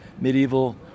medieval